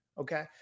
okay